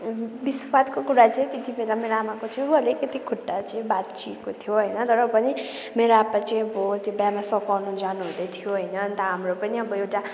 विस्वादको कुरा चाहिँ त्यति बेला मेरो आमाको चाहिँ अलिकति खुट्टा चाहिँ भाँचिएको थियो होइन तर पनि मेरो आप्पा चाहिँ अब त्यो बिहामा सघाउनु जानुहुँदै थियो होइन अन्त हाम्रो पनि अब एउटा